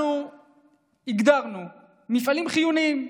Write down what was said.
אנחנו הגדרנו מפעלים חיוניים,